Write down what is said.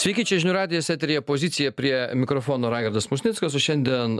sveiki čia žinių radijas eteryje pozicija prie mikrofono raigardas musnickas o šiandien